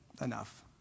enough